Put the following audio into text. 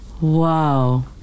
Wow